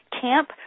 Camp